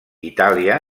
itàlia